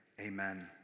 amen